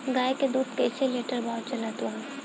गाय के दूध कइसे लिटर भाव चलत बा?